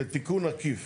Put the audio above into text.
כתיקון עקיף